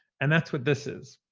and that's what this is.